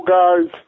guys